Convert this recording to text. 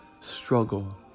struggle